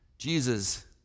Jesus